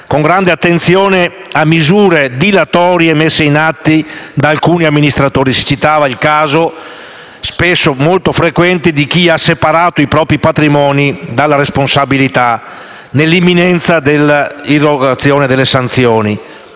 con grande attenzione a misure dilatorie messe in atto da alcuni amministratori; si citava il caso, molto frequente, di chi ha separato i propri patrimoni dalla responsabilità nell'imminenza dell'irrogazione delle sanzioni: